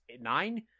nine